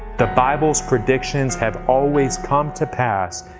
the bible's predictions have always come to pass,